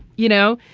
you know,